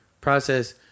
Process